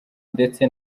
ndetse